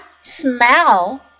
smell